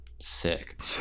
Sick